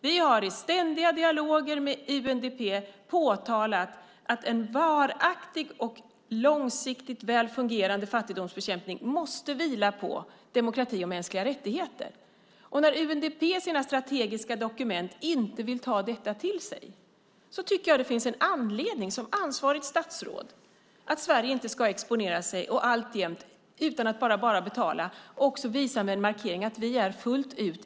Vi har i ständiga dialoger med UNDP påtalat att en varaktig och långsiktigt väl fungerande fattigdomsbekämpning måste vila på demokrati och mänskliga rättigheter. När UNDP i sina strategiska dokument inte vill ta detta till sig tycker jag som ansvarigt statsråd att det finns anledning att Sverige inte bara ska betala utan också visa med en markering att vi inte är nöjda fullt ut.